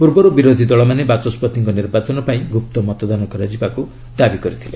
ପୂର୍ବରୁ ବିରୋଧୀ ଦଳମାନେ ବାଚସ୍ୱତିଙ୍କ ନିର୍ବାଚନ ପାଇଁ ଗୁପ୍ତ ମତଦାନ କରାଯିବାକୁ ଦାବି କରିଥିଲେ